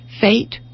Fate